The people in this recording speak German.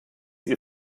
ihr